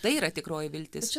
tai yra tikroji viltis